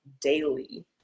daily